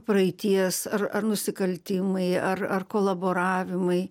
praeities ar ar nusikaltimai ar ar kolaboravimai